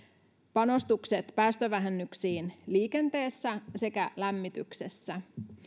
panostukset päästövähennyksiin liikenteessä sekä lämmityksessä